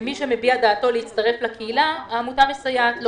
ושמי שמביע דעתו להצטרף לקהילה העמותה מסייעת לו.